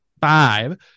five